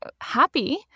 happy